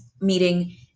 meeting